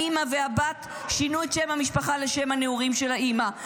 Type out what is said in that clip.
האימא והבת שינו את שם המשפחה לשם הנעורים של האימא,